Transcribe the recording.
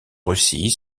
russie